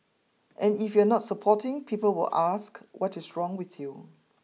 and if you are not supporting people will ask what is wrong with you